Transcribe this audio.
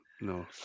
No